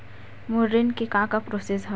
मोर ऋण के का का प्रोसेस हवय?